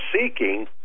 seeking